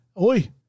Oi